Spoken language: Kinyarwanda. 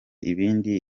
ibindi